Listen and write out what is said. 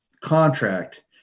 contract